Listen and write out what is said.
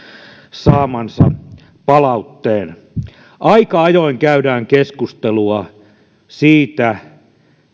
saamansa palautteen aika ajoin käydään keskustelua siitä